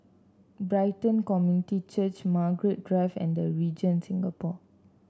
Brighton Community Church Margaret Drive and The Regent Singapore